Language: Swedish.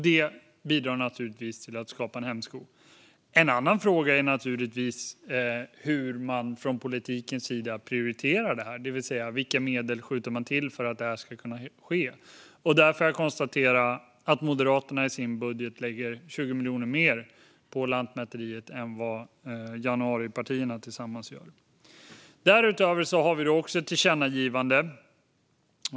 Det bidrar naturligtvis till att lägga hämsko på detta. En annan fråga är hur man från politikens sida prioriterar detta, det vill säga vilka medel man skjuter till för att det ska kunna ske. Där kan jag konstatera att Moderaterna i sin budget lägger 20 miljoner mer på Lantmäteriet än januaripartierna tillsammans gör. Därutöver föreslår vi ett tillkännagivande.